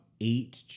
eight